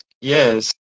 yes